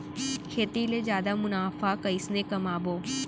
खेती ले जादा मुनाफा कइसने कमाबो?